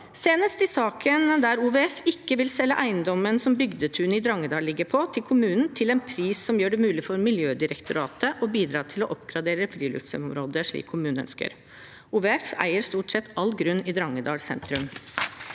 senest i saken der OVF ikke vil selge eiendommen som bygdetunet i Drangedal ligger på, til kommunen til en pris som gjør det mulig for Miljødirektoratet å bidra til å oppgradere friluftsområder, slik kommunen ønsker. OVF eier stort sett all grunn i Drangedal sentrum.